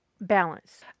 balance